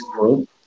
world